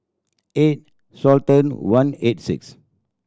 eight thousand one eighty six